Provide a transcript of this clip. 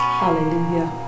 hallelujah